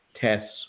tests